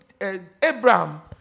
Abraham